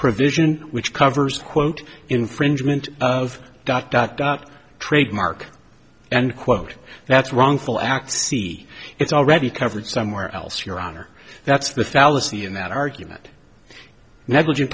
provision which covers quote infringement of dot dot dot trademark and quote that's wrongful act see it's already covered somewhere else your honor that's the fallacy in that argument negligent